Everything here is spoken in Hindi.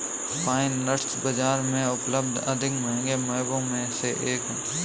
पाइन नट्स बाजार में उपलब्ध अधिक महंगे मेवों में से एक हैं